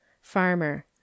farmer